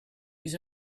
was